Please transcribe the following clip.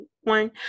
one